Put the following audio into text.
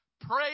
Pray